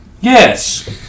Yes